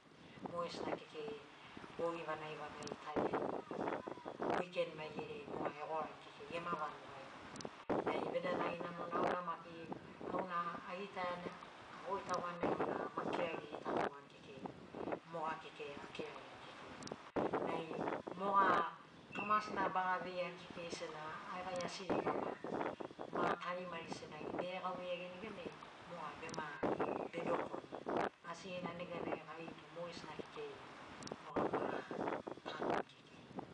Mogesina kekei bogi vanagi vanagi tari ai wiken maigeriai moga egorani kekei gema vanugai nai vedanagi namona auna maki auna agitaiani agoitagoani nai auna ama kirari gitakauani kekei moga kekei akiragiani kekei nai moga kamasina baga veiani kekei sena gai asi ribama ma tarimari senagi be gauvei iagiani neganai moga bema be dokoni asigina neganai gai tu mogesina kekei noga mo baga tanuni kekei